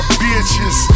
bitches